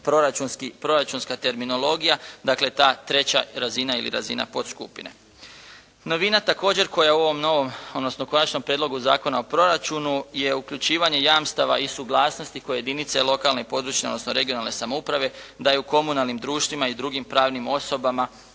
proračunska terminologija, dakle ta treća razina ili razina podskupine. Novina također, koja u ovom novom, odnosno Konačnom prijedlogu Zakona o proračunu, je uključivanje jamstava i suglasnosti oko jedinice lokalne i područne, odnosno regionalne samouprave, da je u komunalnim društvima i drugim pravnim osobama